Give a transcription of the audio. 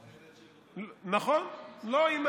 זה לא הילד שלו באמת דמוקרטיה.